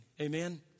Amen